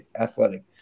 athletic